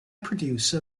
producer